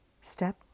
Step